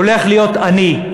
הולך להיות עני,